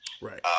Right